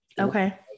Okay